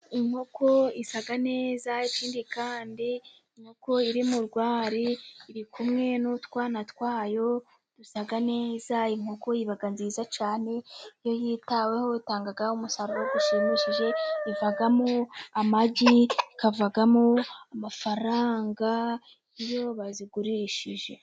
Inkoko isa neza ikindi kandi inkoko iri mu rwari, iri kumwe n'utwana twayo dusa neza, inkoko iba nziza cyane, iyo yitaweho itanga umusaruro ushimishije, ivamo amagi, ikavamo amafaranga iyo bazigurishije.